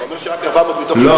אתה אומר שרק 400 מתוך